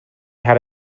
had